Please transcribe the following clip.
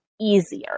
easier